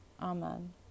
Amen